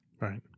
Right